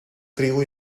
trigo